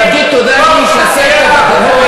להגיד תודה לכל מי שעשה את העבודה.